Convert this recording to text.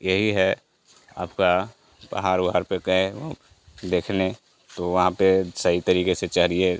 यही है आपका पहाड़ ओहाड़ पे गए वो देखने तो वहाँ पर सही तरीके से चरिए